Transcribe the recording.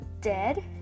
dead